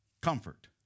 comfort